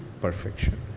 perfection